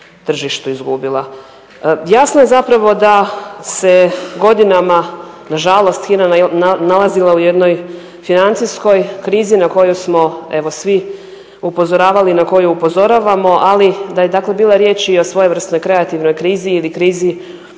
tržištu izgubila. Jasno je zapravo da se godinama nažalost HINA nalazila u jednoj financijskoj krizi na koju smo evo svi upozoravali, na koju upozoravamo, ali da je dakle bila riječ i o svojevrsnoj kreativnoj krizi ili krizi